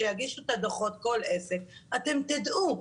כשיגיש את הדוח כל עסק, אתם תדעו.